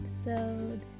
episode